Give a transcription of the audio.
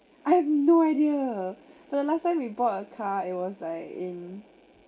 I have no idea the last time we bought a car it was like in